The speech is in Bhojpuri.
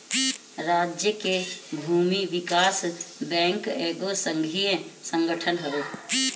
राज्य के भूमि विकास बैंक एगो संघीय संगठन हवे